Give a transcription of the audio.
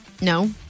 No